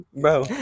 Bro